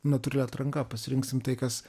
natūrali atranka pasirinksime tai kas